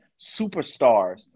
superstars